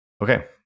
okay